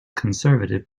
conservative